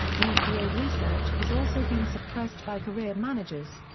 epa research has also been suppressed by career managers.